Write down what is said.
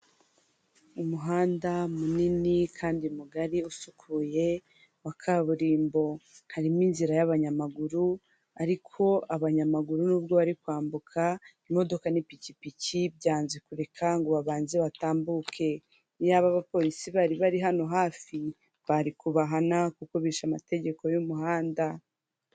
Ibi ni ibiro by'ivunjisha kandi bitanga amafaranga biha agaciro k'abantu bazanye nimba amadolari bayajyana mu banyarwanda icyamuyarwanda bashaka amadolari kandi tukabona n'icyapa cyanditseho banki ya Kigali ubwo byemekana ko muri iyo nyubako harimo n ishami rya banki ya kigali kandi hariho na nimero wahamagara iyo nzu y'ivunjisha mu gihe ubabuze.